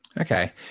Okay